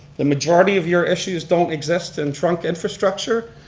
the majority of your issues don't exist in trunk infrastructure,